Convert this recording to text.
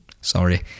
sorry